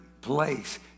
place